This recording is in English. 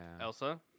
Elsa